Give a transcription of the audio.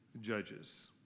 judges